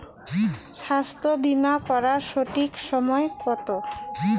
স্বাস্থ্য বীমা করার সঠিক বয়স কত?